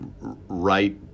right